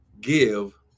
give